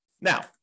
Now